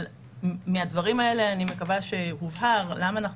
אבל מהדברים האלה אני מקווה שהובהר למה אנחנו